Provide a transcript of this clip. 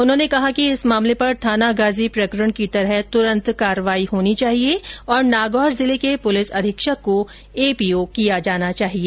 उन्होंने कहा कि इस मामले पर थानागाजी प्रकरण की तरह तुरंत कार्रवाई होनी चाहिए और नागौर जिले के पुलिस अधीक्षक को एपीओ किया जाना चाहिए